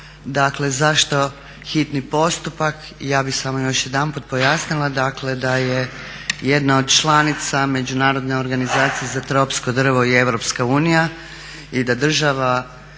dakle zašto hitni postupak, ja bih samo još jedanput pojasnila dakle da je jedna od članica međunarodne organizacije za tropsko drvo i EU i da država